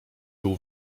był